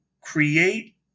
create